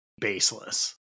baseless